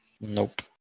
Nope